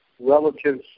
relatives